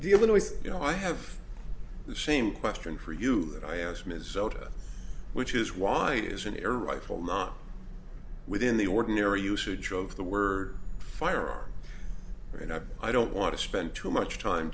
the illinois you know i have the same question for you that i asked ms soda which is why it is an irrational not within the ordinary usage of the word firearm and i don't want to spend too much time